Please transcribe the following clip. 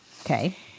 okay